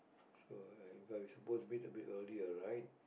so I uh we suppose to be a bit early alright